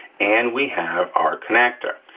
and we have our connector.